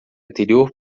anterior